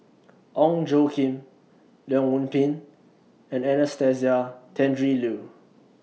Ong Tjoe Kim Leong Yoon Pin and Anastasia Tjendri Liew